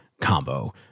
combo